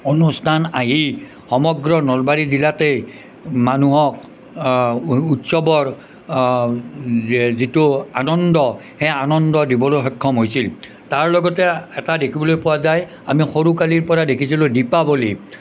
অনুষ্ঠান আহি সমগ্ৰ নলবাৰী জিলাতেই মানুহক উৎসৱৰ যিটো আনন্দ সেই আনন্দ দিবলৈ সক্ষম হৈছিল তাৰ লগতে এটা দেখিবলৈ পোৱা যায় আমি সৰু কালৰ পৰা দেখিছিলোঁ দীপাৱলী